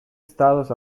estados